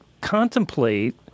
contemplate